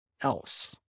else